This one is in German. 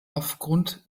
aufgrund